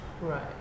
Right